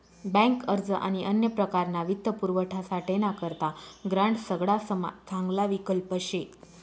bank अर्ज आणि अन्य प्रकारना वित्तपुरवठासाठे ना करता ग्रांड सगडासमा चांगला विकल्प शे